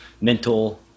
mental